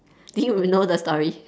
do you even know the story